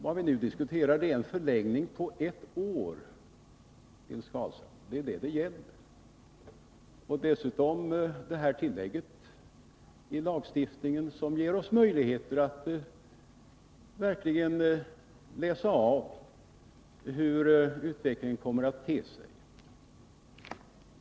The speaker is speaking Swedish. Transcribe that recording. Det vi nu diskuterar är en förlängning med ett år, Nils Carlshamre, och dessutom ett tillägg till lagstiftningen som ger oss möjligheter att avläsa hur utvecklingen kommer att te sig.